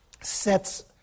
sets